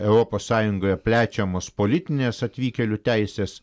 europos sąjungoje plečiamos politinės atvykėlių teisės